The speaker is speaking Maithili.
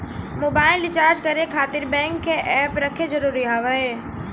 मोबाइल रिचार्ज करे खातिर बैंक के ऐप रखे जरूरी हाव है?